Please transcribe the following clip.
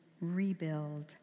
rebuild